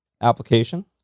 application